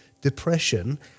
depression